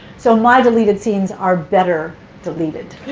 so my deleted scenes are better deleted.